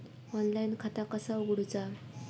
Online खाता कसा उगडूचा?